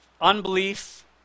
Unbelief